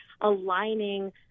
aligning